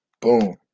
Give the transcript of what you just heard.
boom